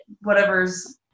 whatever's